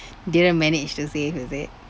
didn't manage to save is it